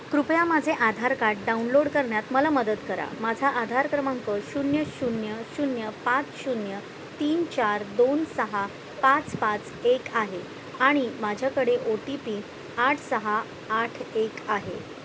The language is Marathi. कृपया माझे आधार कार्ड डाउनलोड करण्यात मला मदत करा माझा आधार क्रमांक शून्य शून्य शून्य पाच शून्य तीन चार दोन सहा पाच पाच एक आहे आणि माझ्याकडे ओ टी पी आठ सहा आठ एक आहे